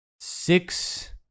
six